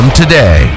today